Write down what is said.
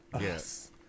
Yes